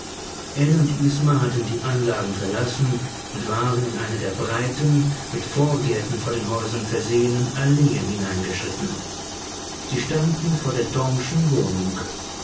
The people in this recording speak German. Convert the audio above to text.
und isma hatten die anlagen verlassen und waren in eine der breiten mit vorgärten vor den häusern versehenen alleen hineingeschritten sie standen vor der tormschen wohnung